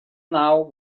now